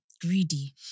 Greedy